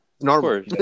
normal